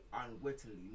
unwittingly